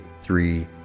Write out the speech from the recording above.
three